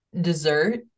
dessert